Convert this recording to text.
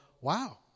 Wow